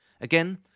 Again